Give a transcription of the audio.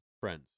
Friends